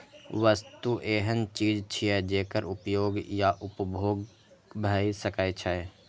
वस्तु एहन चीज छियै, जेकर उपयोग या उपभोग भए सकै छै